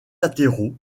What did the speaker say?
latéraux